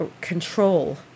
control